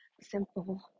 simple